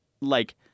like-